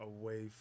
away